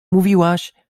mówiłaś